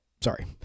Sorry